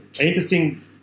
interesting